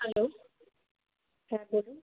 hello হ্যাঁ বলুন